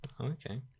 Okay